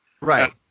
Right